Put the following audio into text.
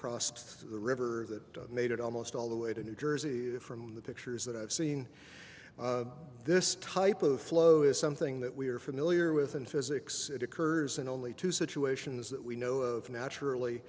crossed the river that made it almost all the way to new jersey from the pictures that i've seen this type of flow is something that we are familiar with in physics it occurs in only two situations that we know of